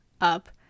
up